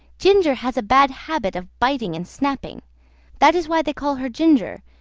ginger has a bad habit of biting and snapping that is why they call her ginger,